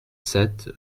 sept